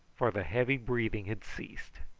for the heavy breathing had ceased.